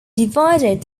divided